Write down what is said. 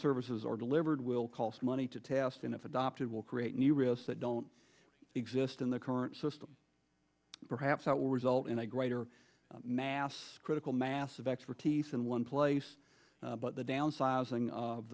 services are delivered will cost money to task and if adopted will create new risks that don't exist in the current system perhaps that will result in a greater mass critical mass of expertise in one place but the downsizing of